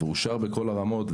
זה אושר בכל הרמות.